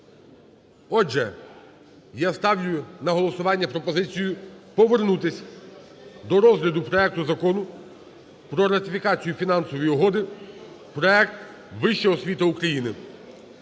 Отже, я ставлю на голосування пропозицію повернутись до розгляду проекту Закону про ратифікацію Фінансової угоди (Проект "Вища освіта України")